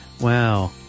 Wow